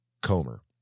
Comer